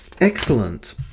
Excellent